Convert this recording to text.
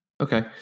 Okay